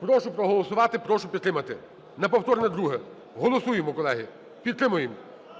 Прошу проголосувати. Прошу підтримати. На повторне друге. Голосуємо, колеги. Підтримуємо.